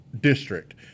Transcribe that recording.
district